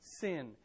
sin